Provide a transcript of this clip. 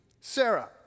Sarah